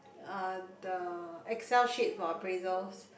uh the Excel sheet for appraisals